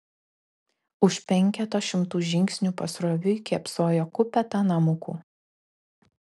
už penketo šimtų žingsnių pasroviui kėpsojo kupeta namukų